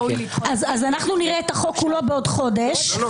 אז אנחנו נראה את החוק כולו בעוד חודש -- לא את החוק.